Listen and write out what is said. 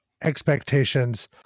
expectations